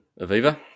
Aviva